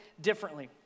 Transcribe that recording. differently